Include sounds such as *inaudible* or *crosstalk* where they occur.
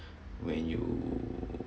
*breath* when you